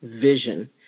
vision